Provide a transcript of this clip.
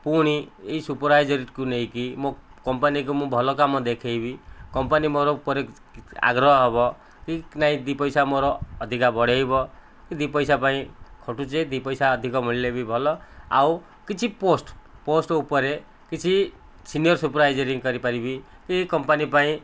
ପୁଣି ଏଇ ସୁପରଭାଇଜରକୁ ନେଇକି ମୋ କମ୍ପାନୀକୁ ମୁଁ ଭଲ କାମ ଦେଖେଇବି କମ୍ପାନୀ ମୋର ଉପରେ ଆଗ୍ରହ ହେବ କି ନାଇଁ ଦୁଇ ପଇସା ମୋର ଅଧିକା ବଢ଼େଇବ କି ଦୁଇ ପଇସା ପାଇଁ ଖଟୁଛେ ଦୁଇ ପଇସା ଅଧିକ ମିଳିଲେ ବି ଭଲ ଆଉ କିଛି ପୋଷ୍ଟ ପୋଷ୍ଟ ଉପରେ କିଛି ସିନିଅର ସୁପରଭାଇଜରିଂ କରିପାରିବି କି କମ୍ପାନୀ ପାଇଁ